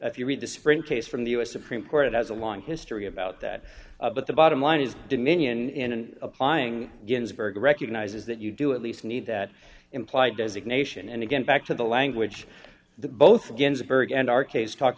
if you read the sprint case from the us supreme court it has a long history about that but the bottom line is dominion in applying ginsburg recognizes that you do at least need that implied designation and again back to the language both ginsburg and our case talk